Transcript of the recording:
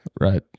right